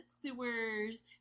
sewers